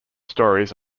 stories